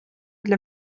для